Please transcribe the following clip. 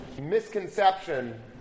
misconception